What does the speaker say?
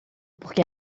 porque